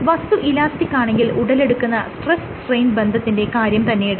വസ്തു ഇലാസ്റ്റിക് ആണെങ്കിൽ ഉടലെടുക്കുന്ന സ്ട്രെസ് സ്ട്രെയിൻ ബന്ധത്തിന്റെ കാര്യം തന്നെയെടുക്കാം